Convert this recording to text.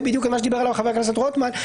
בדיוק מה שדיבר עליו חבר הכנסת רוטמן,